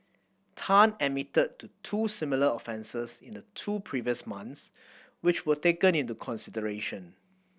Tan admitted to two similar offences in the two previous months which were taken into consideration